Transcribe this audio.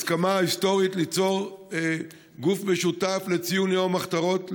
הסכמה היסטורית ליצור גוף משותף לציון יום המחתרות,